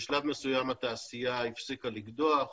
בשלב מסוים התעשייה הפסיקה לקדוח,